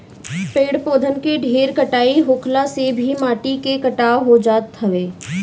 पेड़ पौधन के ढेर कटाई होखला से भी माटी के कटाव हो जात हवे